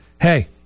Hey